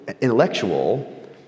intellectual